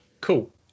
Cool